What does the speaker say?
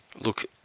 Look